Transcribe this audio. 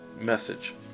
message